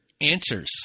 answers